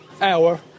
hour